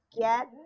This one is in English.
get